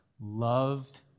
loved